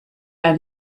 ein